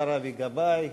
לשר אבי גבאי.